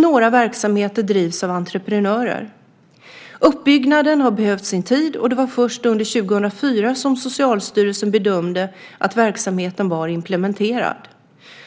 Några verksamheter drivs av entreprenörer. Uppbyggnaden har behövt sin tid, och det var först under 2004 som Socialstyrelsen bedömde att verksamheten var implementerad.